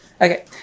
Okay